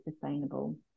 sustainable